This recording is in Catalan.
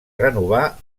renovar